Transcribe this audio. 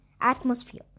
atmosphere